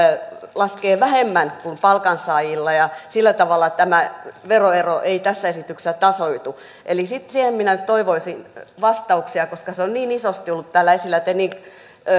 laskee vähemmän kuin palkansaajilla ja sillä tavalla tämä veroero ei tässä esityksessä tasoitu eli siihen minä toivoisin vastauksia koska se on niin isosti ollut täällä esillä ja te niin